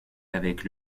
avec